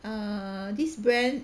err this brand